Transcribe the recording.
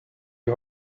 you